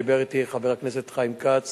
דיבר אתי חבר הכנסת חיים כץ